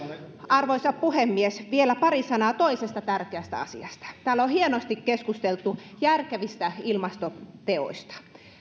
tehdä arvoisa puhemies vielä pari sanaa toisesta tärkeästä asiasta täällä on hienosti keskusteltu järkevistä ilmastoteoista